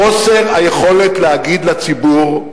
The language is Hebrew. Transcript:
חוסר היכולת להגיד לציבור,